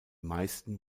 meisten